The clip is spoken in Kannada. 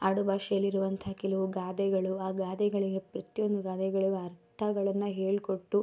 ಆಡು ಭಾಷೆಯಲ್ಲಿರುವಂಥ ಕೆಲವು ಗಾದೆಗಳು ಆ ಗಾದೆಗಳಿಗೆ ಪ್ರತಿಯೊಂದು ಗಾದೆಗಳಿಗೆ ಅರ್ಥಗಳನ್ನು ಹೇಳಿಕೊಟ್ಟು